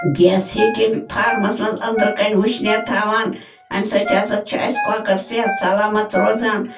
gas heating فارمَس منٛز أنٛدرٕ کَنۍ وٕشنیر تھاوان اَمہِ سۭتۍ ہسا چھِ اَسہِ کۄکَر صحت سلامَت روزان